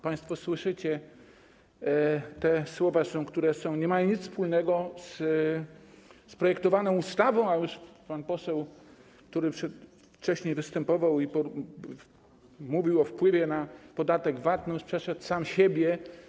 Państwo słyszycie słowa, które nie mają nic wspólnego z projektowaną ustawą, a już pan poseł, który wcześniej występował i mówił o wpływie na podatek VAT, przeszedł sam siebie.